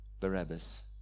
barabbas